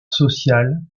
sociale